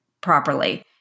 properly